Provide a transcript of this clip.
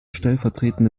stellvertretende